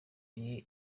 igihe